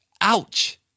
ouch